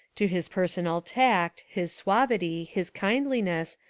to his personal tact, his suavity, his kindliness,